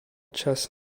chess